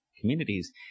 communities